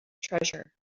treasure